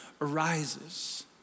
arises